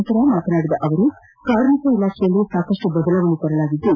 ನಂತರ ಮಾತನಾಡಿದ ಅವರು ಕಾರ್ಮಿಕ ಇಲಾಖೆಯಲ್ಲಿ ಸಾಕಷ್ಟು ಬದಲಾವಣೆ ತರಲಾಗಿದ್ದು